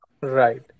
Right